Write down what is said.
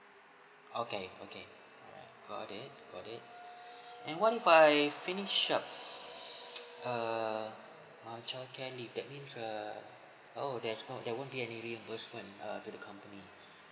okay okay alright got it got it and what if I finish up err my childcare leave that means err oh there's no there won't be any reimbursement err to the company